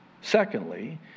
Secondly